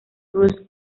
bruce